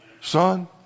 Son